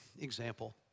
example